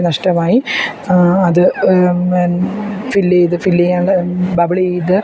നഷ്ടമായി അത് ഞാൻ ഫിൽ ചെയ്ത് ഫിൽ ചെയ്യാണ്ട് ബബിൾ ചെയ്ത്